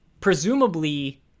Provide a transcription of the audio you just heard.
presumably